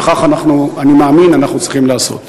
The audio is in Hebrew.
וכך אני מאמין שאנחנו צריכים לעשות.